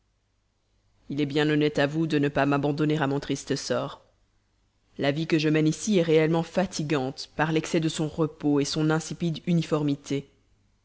il est bien honnête à vous de ne pas m'abandonner à mon triste sort la vie que je mène ici est réellement fatigante par l'excès de son repos et son insipide uniformité